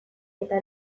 eta